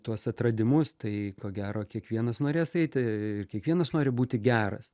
tuos atradimus tai ko gero kiekvienas norės eiti ir kiekvienas nori būti geras